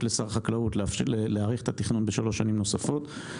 לשר החקלאות להאריך את התכנון בשלוש שנים נוספות,